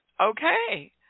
Okay